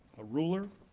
a ruler